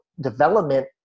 development